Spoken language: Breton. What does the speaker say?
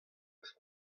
eus